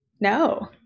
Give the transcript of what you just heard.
No